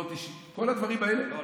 כל הדברים האלה פעלו כבומרנג.